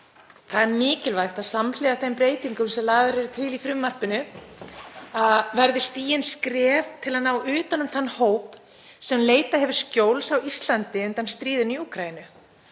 Það er mikilvægt að samhliða þeim breytingum sem lagðar eru til í frumvarpinu verði stigin skref til að ná utan um þann hóp sem leitað hefur skjóls á Íslandi undan stríðinu í Úkraínu.